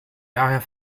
daher